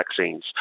vaccines